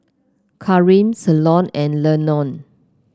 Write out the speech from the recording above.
Kareem Ceylon and Lenore